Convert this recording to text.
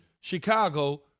Chicago